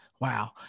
wow